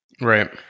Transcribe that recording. Right